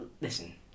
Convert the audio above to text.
Listen